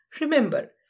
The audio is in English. Remember